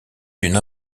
d’une